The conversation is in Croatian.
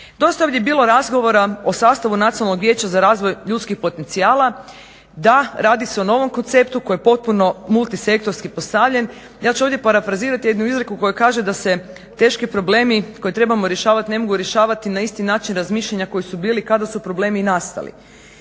Dosta je ovdje bilo razgovora o sastavu Nacionalnog vijeća za razvoj ljudskih potencijala. Da, radi se o novom konceptu koji je potpuno multisektorski postavljen. Ja ću ovdje parafrazirati jednu izreku koja kaže da se teški problemi koje trebamo rješavati ne mogu rješavati na isti način razmišljanja koji su bili kada su problemi nastali.